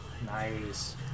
Nice